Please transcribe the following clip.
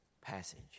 passage